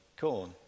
corn